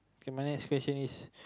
K my next question is